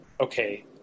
okay